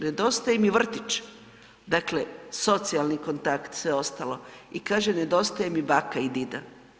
Nedostaje im i vrtić, dakle socijalni kontakt i sve ostalo i kaže nedostaje mi baka i dida.